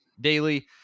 Daily